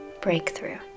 Breakthrough